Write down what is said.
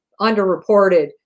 underreported